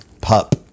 Pup